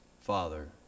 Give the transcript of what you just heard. Father